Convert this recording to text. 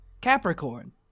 Capricorn